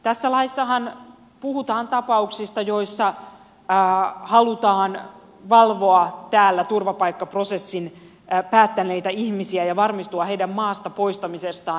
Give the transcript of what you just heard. tässä laissahan puhutaan tapauksista joissa halutaan valvoa täällä turvapaikkaprosessin päättäneitä ihmisiä ja varmistua heidän maasta poistamisestaan